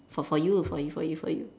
for for you for you for you for you